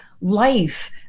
life